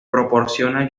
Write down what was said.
proporciona